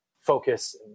focus